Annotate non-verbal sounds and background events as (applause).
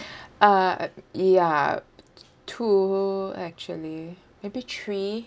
(breath) uh ya t~ t~ two actually maybe three